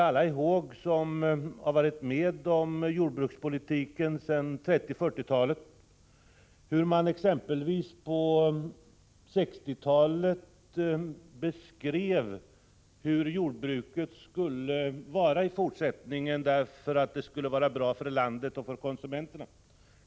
Vi som har varit med om jordbrukspolitiken sedan 1930 och 1940-talen kommer ihåg hur man exempelvis på 1960-talet beskrev hur jordbruket skulle utformas för att vara bra för landet och för konsumenterna.